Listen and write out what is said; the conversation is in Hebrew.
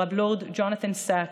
הרב לורד ג'ונתן זקס,